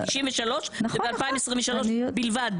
ב-93' וב-2023 בלבד,